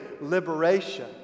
liberation